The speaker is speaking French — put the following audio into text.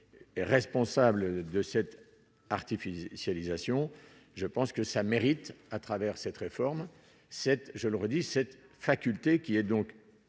et responsable de cette artificialisation je pense que ça mérite à travers cette réforme cette, je leur ai dit cette faculté qui est donc,